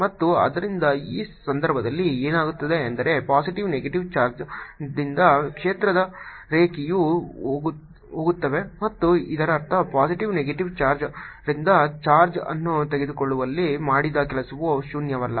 ಮತ್ತು ಆದ್ದರಿಂದ ಈ ಸಂದರ್ಭದಲ್ಲಿ ಏನಾಗುತ್ತದೆ ಎಂದರೆ ಪಾಸಿಟಿವ್ ನೆಗೆಟಿವ್ ಚಾರ್ಜ್ದಿಂದ ಕ್ಷೇತ್ರ ರೇಖೆಯು ಹೋಗುತ್ತದೆ ಮತ್ತು ಇದರರ್ಥ ಪಾಸಿಟಿವ್ ನೆಗೆಟಿವ್ ಚಾರ್ಜ್ದಿಂದ ಚಾರ್ಜ್ ಅನ್ನು ತೆಗೆದುಕೊಳ್ಳುವಲ್ಲಿ ಮಾಡಿದ ಕೆಲಸವು ಶೂನ್ಯವಲ್ಲ